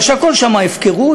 מפני שהכול שם הפקרות,